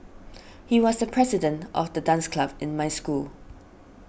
he was the president of the dance club in my school